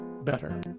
better